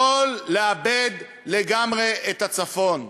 יכול לאבד לגמרי את הצפון.